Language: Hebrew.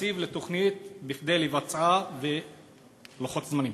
תקציב לתוכנית כדי לבצעה, ולוחות זמנים?